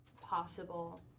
possible